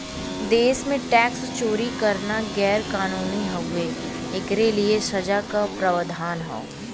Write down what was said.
देश में टैक्स चोरी करना गैर कानूनी हउवे, एकरे लिए सजा क प्रावधान हौ